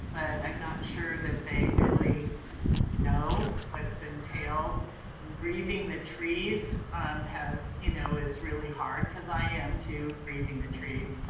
but i'm not sure that they really know what's entailed in grieving the trees you know is really hard cause i am too grieving the trees.